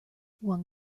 one